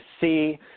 see